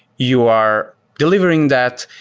you are delivering that.